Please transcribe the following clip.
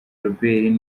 robert